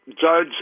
Judge